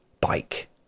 bike